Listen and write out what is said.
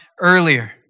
earlier